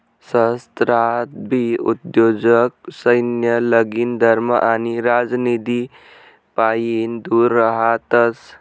सहस्त्राब्दी उद्योजक सैन्य, लगीन, धर्म आणि राजनितीपाईन दूर रहातस